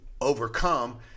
overcome